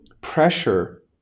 pressure